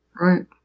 right